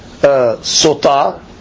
sota